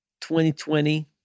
2020